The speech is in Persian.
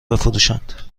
بفروشند